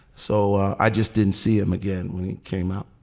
so i just didn't see him again when he came out